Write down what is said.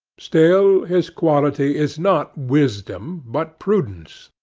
still, his quality is not wisdom, but prudence.